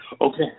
Okay